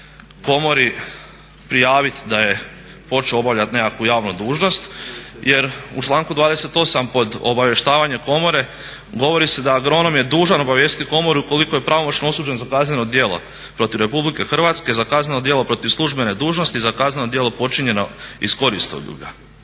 komori prijaviti da je počeo obavljati nekakvu javnu dužnost jer u članku 28.pod obavještavanje komore govori se da agronom je dužan obavijestiti komoru ukoliko je pravomoćno osuđen za kazneno djelo protiv RH, za kazneno djelo protiv službene dužnosti i za kazneno djelu počinjeno iz koristoljublja.